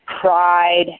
pride